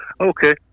Okay